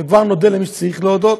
וכבר נודה למי שצריך להודות